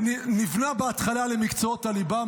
זה נבנה בהתחלה למקצועות הליבה,